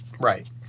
Right